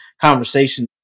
conversation